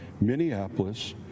minneapolis